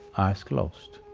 eyes closed.